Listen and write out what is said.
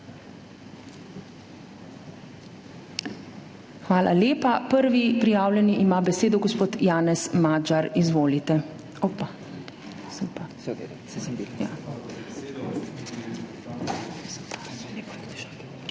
Hvala lepa. Prvi prijavljeni ima besedo gospod Janez Magyar. Izvolite.